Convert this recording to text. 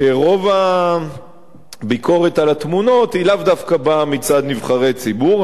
שרוב הביקורת על התמונות לאו דווקא באה מצד נבחרי ציבור.